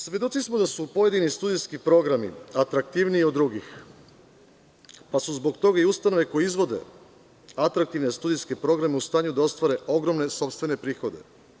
Svedoci smo da su pojedini studentski programi atraktivniji od drugih, pa su zbog toga i ustanove koje izvode atraktivne studentske programe u stanju da ostvare ogromne sopstvene prihode.